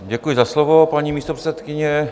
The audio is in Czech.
Děkuji za slovo, paní místopředsedkyně.